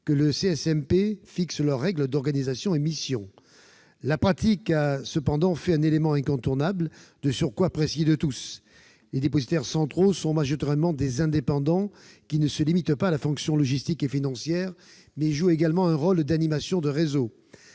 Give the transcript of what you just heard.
le CSMP, fixe leurs règles d'organisation et missions. La pratique en a cependant fait un élément incontournable, de surcroît apprécié de tous. Les dépositaires centraux sont majoritairement des indépendants, qui ne se limitent pas à la fonction logistique et financière, mais qui jouent également un rôle d'animation de réseaux.